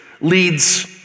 leads